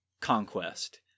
conquest